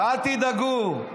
ואל תדאגו,